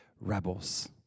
rebels